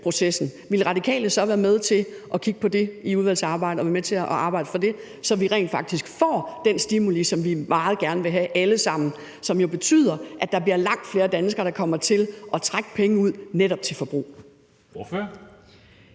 processen? Ville De Radikale så være med til at kigge på det i udvalgsarbejdet og være med til at arbejde for det, så vi rent faktisk får den stimuli, som vi alle sammen meget gerne vil have, og som jo betyder, at der bliver langt flere danskere, der kommer til at trække penge ud til netop forbrug?